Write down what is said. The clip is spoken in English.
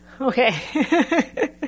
Okay